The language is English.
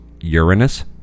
Uranus